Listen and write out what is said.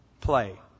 play